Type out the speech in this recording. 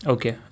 Okay